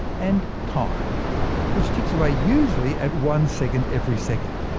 and time which ticks away usually at one second every second.